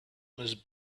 must